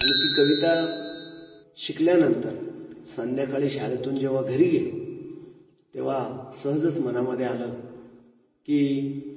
आणि ती कविता शिकल्यानंतर संध्याकाळी शाळेतून जेव्हा घरी गेलो तेव्हा सहजच मनामध्ये आलं की